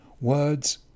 words